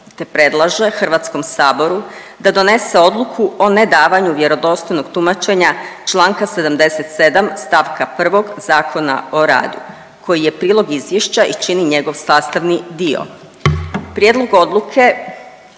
te predlaže Hrvatskom saboru da donese odluku o nedavanju vjerodostojnog tumačenja članka 77. stavka 1. Zakona o radu koji je prilog izvješća i čini njegov sastavni dio. Prijedlog odluke